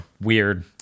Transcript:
weird